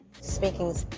speaking